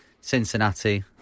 Cincinnati